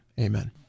Amen